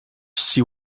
she